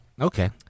Okay